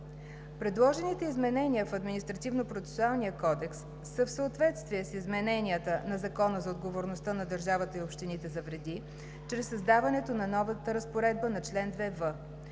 Предложените изменения в Административнопроцесуалния кодекс са в съответствие с измененията на Закона за отговорността на държавата и общините за вреди чрез създаването на нова разпоредба на чл. 2в.